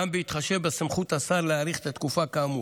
גם בהתחשב בסמכות השר להאריך את התקופה כאמור.